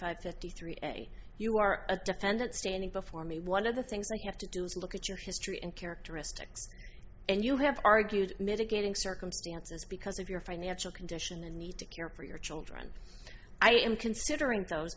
five fifty three a you are a defendant standing before me one of the things that you have to do is look at your history and characteristics and you have argued mitigating circumstances because of your financial condition and need to care for your children i am considering t